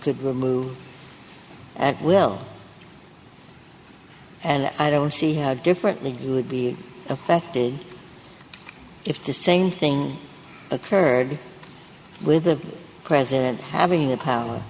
could remove at will and i don't see how differently would be affected if the same thing occurred with the president having the power